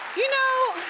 you know,